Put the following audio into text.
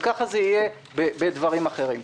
וכך יהיה גם בדברים אחרים.